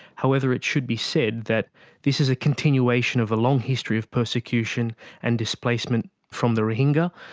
however, it should be said that this is a continuation of a long history of persecution and displacement from the rohingya.